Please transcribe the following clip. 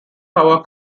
power